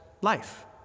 life